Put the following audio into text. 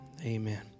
Amen